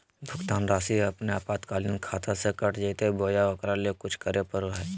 भुक्तान रासि अपने आपातकालीन खाता से कट जैतैय बोया ओकरा ले कुछ करे परो है?